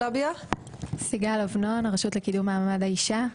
אני מהרשות לקידום מעמד האישה,